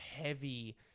heavy